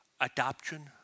Adoption